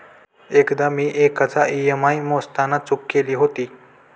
एकदा मी एकाचा ई.एम.आय मोजताना चूक केली होती